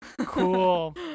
Cool